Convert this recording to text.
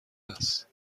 است